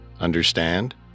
Understand